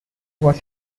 was